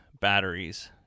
batteries